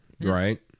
right